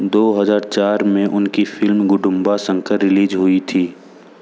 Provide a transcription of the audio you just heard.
दो हज़ार चार में उनकी फिल्म गुडुम्बा शंकर रिलीज़ हुई थी